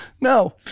No